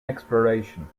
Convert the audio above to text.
exploration